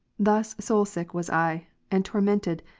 thus soul-sick was i, and tormented,